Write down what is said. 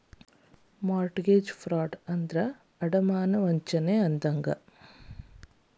mortgage fraud ಅಂದ್ರ ಅಡಮಾನ ವಂಚನೆ ಅಂದಂಗ